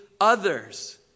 others